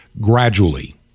gradually